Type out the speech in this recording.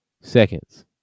seconds